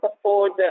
afford